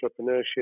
entrepreneurship